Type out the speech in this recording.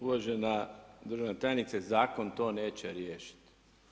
Uvažena državna tajniče, zakon to neće riješiti.